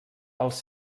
els